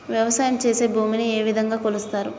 వ్యవసాయం చేసి భూమిని ఏ విధంగా కొలుస్తారు?